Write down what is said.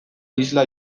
isla